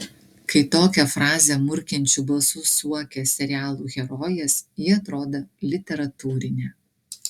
kai tokią frazę murkiančiu balsu suokia serialų herojės ji atrodo literatūrinė